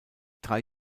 drei